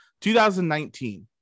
2019